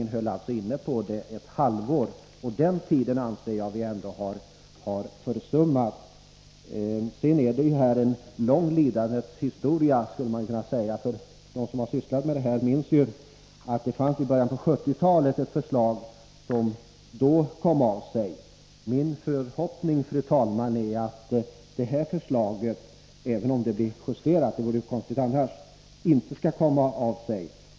Den nuvarande regeringen väntade alltså ett halvår, och den tiden anser jag i alla fall ha gått förlorad. Man kan säga att det här är fråga om en lång lidandets historia. Redan i början av 1970-talet förelåg ett förslag utan att det blev någonting av det hela. Min förhoppning, fru talman, är att detta förslag — även om det blir justerat, det vore konstigt annars — inte skall komma av sig.